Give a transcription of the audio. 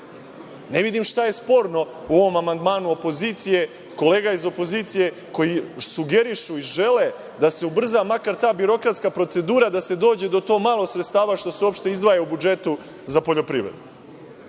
Ne vidim šta je sporno u ovom amandmanu kolega iz opozicije koji sugerišu i žele da se ubrza makar ta birokratska procedura, da se dođe do to malo sredstava što se uopšte izdvaja u budžetu za poljoprivredu. Dakle,